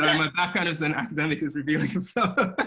my background as an academic is revealing itself! but but